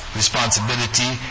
responsibility